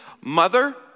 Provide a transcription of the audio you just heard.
Mother